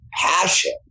Passion